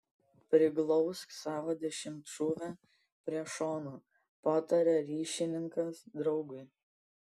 priglausk savo dešimtšūvę prie šono pataria ryšininkas draugui